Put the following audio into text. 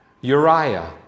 Uriah